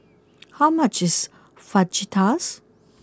how much is Fajitas